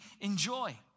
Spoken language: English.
enjoy